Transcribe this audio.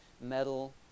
metal